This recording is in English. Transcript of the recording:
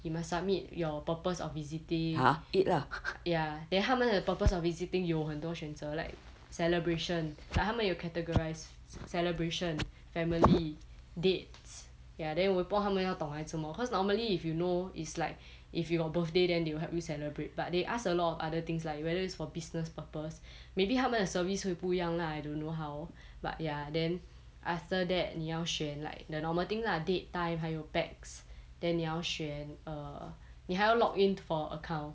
you must submit your purpose of visiting then 他们的 purpose of visiting 有很多选择 like celebration like 他们有 categorize celebration family dates ya then 我也不懂他们要懂来做什么 cause normally if you know it's like if you got birthday then they will help you celebrate but they ask a lot of other things like whether it's for business purpose maybe 他们的 service 会不一样 lah I don't know how but ya then after that 你要选 like the normal thing lah date time 还有 pax then 你要选 err 你还要 login for account